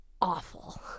awful